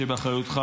שבאחריותך,